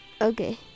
Okay